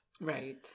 Right